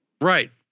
Right